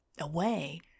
away